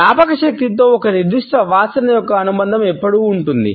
జ్ఞాపకశక్తితో ఒక నిర్దిష్ట వాసన యొక్క అనుబంధం ఎల్లప్పుడూ ఉంటుంది